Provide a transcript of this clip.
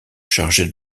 chargé